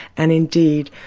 and indeed,